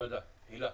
תודה, הילה.